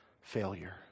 failure